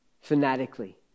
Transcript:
fanatically